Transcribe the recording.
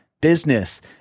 business